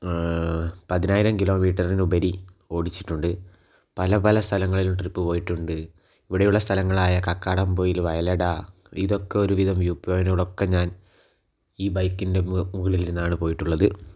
ആ പതിനായിരം കിലോമീറ്ററിനുപരി ഓടിച്ചിട്ടുണ്ട് പല പല സ്ഥലങ്ങളിൽ ട്രിപ്പ് പോയിട്ടുണ്ട് ഇവിടെയുള്ള സ്ഥലങ്ങളായ കക്കാടംപൊയില് വയലട ഇതൊക്കെ ഒരുവിധം വ്യൂ പോയിൻറ്റുകളൊക്കെ ഞാൻ ഈ ബൈക്കിൻറ്റെ മുക മുകളിലിരുന്നാണ് പോയിട്ടുള്ളത്